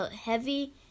heavy